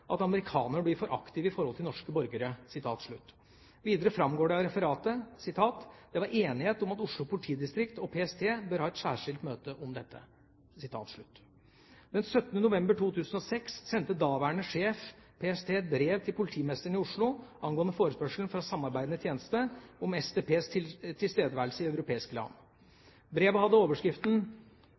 at amerikanerne blir for aktive i forhold til norske borgere». Videre framgår det av referatet at «det var enighet om at Oslo politidistrikt og PST bør ha et særskilt møte om dette». Den 17. november 2006 sendte daværende sjef PST et brev til politimesteren i Oslo angående forespørselen fra samarbeidende tjeneste om SDPs tilstedeværelse i europeiske land. Brevet hadde overskriften